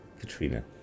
katrina